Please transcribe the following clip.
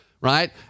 right